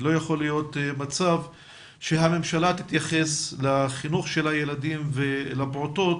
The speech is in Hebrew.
לא יכול להיות מצב שהממשלה תתייחס לחינוך של הילדים והפעוטות